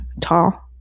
tall